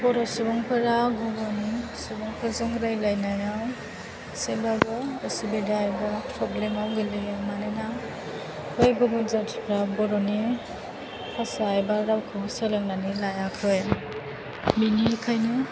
बर' सुबुंफोरा गुबुन सुबुंफोरजों रायलायनायाव जेब्लाबो उसुबिदा एबा फ्रब्लेमाव गोलैयो मानोना बे गुबुन जातिफ्रा बर'नि भासा एबा रावखौ सोलोंनानै लायाखै बिनिखायनो